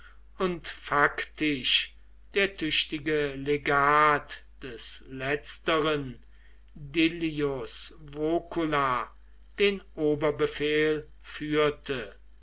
und faktisch der tüchtige legat des letzteren dillius vocula den oberbefehl führte